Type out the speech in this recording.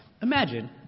Imagine